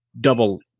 double